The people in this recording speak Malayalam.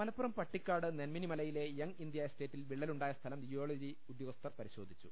മലപ്പുറം പട്ടിക്കാട് നെന്മിനിമലയിലെ യങ് ഇന്ത്യാ എസ്റ്റേറ്റിൽ വിള്ളലുണ്ടായ സ്ഥലം ജിയോളജി ഉദ്ദ്യോഗസ്ഥർ പരിശോധിച്ചു